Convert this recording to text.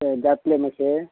हय जातले मातशें